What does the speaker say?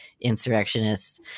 insurrectionists